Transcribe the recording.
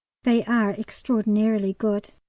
they are extraordinarily good.